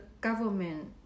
government